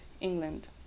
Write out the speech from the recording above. England